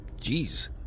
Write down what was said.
Jeez